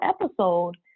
episode